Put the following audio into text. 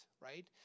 right